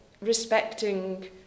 respecting